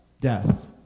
death